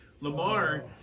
Lamar